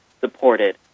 supported